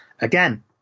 again